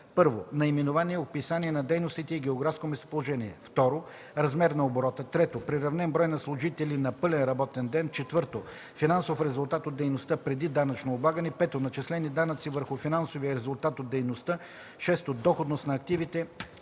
1. наименование, описание на дейностите и географско местоположение; 2. размер на оборота; 3. при равнен брой на служители на пълен работен ден; 4. финансов резултат от дейността преди данъчно облагане; 5. начислени данъци върху финансовия резултат от дейността; 6. доходност на активите,